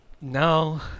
No